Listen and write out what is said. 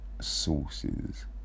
sources